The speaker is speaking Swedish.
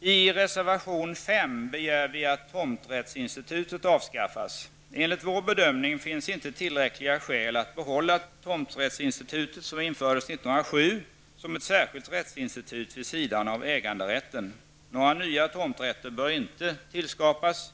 I reservation 5 begär vi att tomträttsinstitutet avskaffas. Enligt vår bedömning finns inte tillräckliga skäl att behålla tomträttsinstitutet, som infördes 1907, som ett särskilt rättsinstitut vid sidan av äganderätten. Några nya tomträtter bör inte tillskapas.